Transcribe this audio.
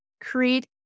create